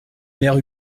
mère